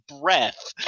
breath